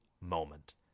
moment